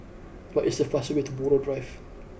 what is the fastest way to Buroh Drive